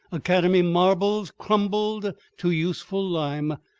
academy marbles crumbled to useful lime,